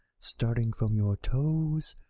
starting from your toes,